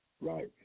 right